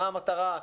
מה המטרה?